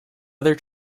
other